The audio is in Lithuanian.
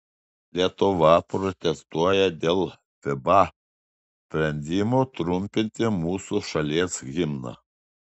lietuva protestuoja dėl fiba sprendimo trumpinti mūsų šalies himną